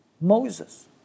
Moses